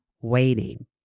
waiting